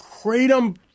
kratom